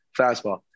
fastball